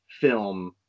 film